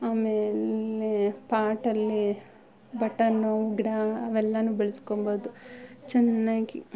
ಆಮೇಲೆ ಪಾಟಲ್ಲಿ ಬಟನ್ನು ಗಿಡ ಅವೆಲ್ಲಾ ಬೆಳೆಸ್ಕೊಂಬೋದು ಚೆನ್ನಾಗಿ